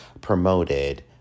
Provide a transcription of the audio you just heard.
promoted